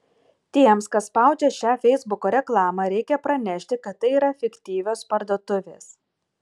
tiems kas spaudžia šią feisbuko reklamą reikia pranešti kad tai yra fiktyvios parduotuvės